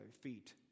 feet